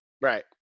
Right